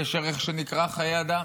יש ערך שנקרא חיי אדם.